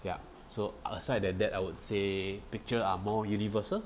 ya so aside than that I would say picture are more universal